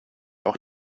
auch